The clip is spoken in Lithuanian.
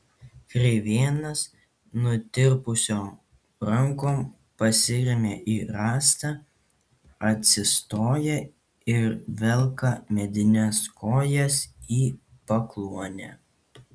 kreivėnas nutirpusiom rankom pasiremia į rąstą atsistoja ir velka medines kojas į pakluonę